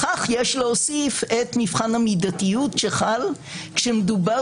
לכך יש להוסיף את מבחן המידתיות שחל כשמדובר